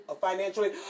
financially